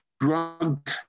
drug